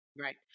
Right